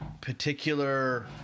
particular